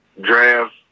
draft